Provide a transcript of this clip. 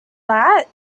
that